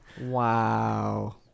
Wow